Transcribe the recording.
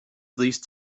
these